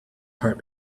heart